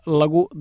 lagu